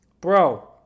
Bro